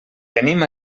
tenim